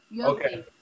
Okay